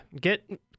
Get